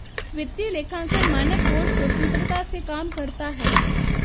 वित्तीय लेखांकन मानक बोर्ड स्वतंत्रता से काम करता है